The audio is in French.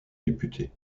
député